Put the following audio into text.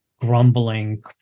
grumbling